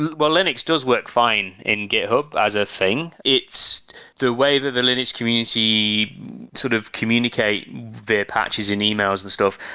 well, linux does work fine in github as a thing. it's the way that the linux community sort of communicate their patches and emails and stuff.